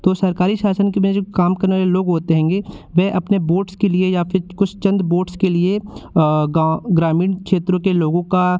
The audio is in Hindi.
तो सरकारी शासन के अंदर जो काम करने वाले लोग होते हैंगे वह अपने वोट्स के लिए या फिर कुछ चंद बोट्स के लिए गाँव ग्रामीण क्षेत्र के लोगों का